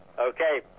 Okay